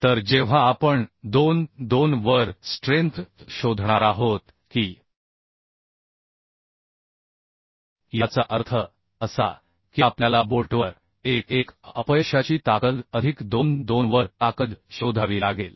तर जेव्हा आपण 2 2 वर स्ट्रेंथ शोधणार आहोत की याचा अर्थ असा की आपल्याला बोल्टवर 1 1 अपयशाची ताकद अधिक 2 2 वर ताकद शोधावी लागेल